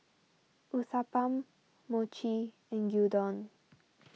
Uthapam Mochi and Gyudon